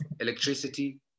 electricity